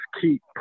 keep